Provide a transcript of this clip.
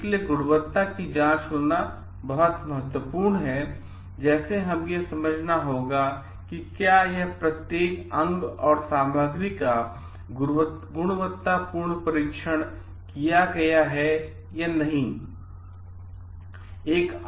इसलिए गुणवत्ता की जांच होना बहुत महत्वपूर्ण है जैसे हम यह समझना होगा कि क्या यह प्रत्येक अंग और सामग्री का गुणवत्तापूर्ण परीक्षण किया गया है या नहीं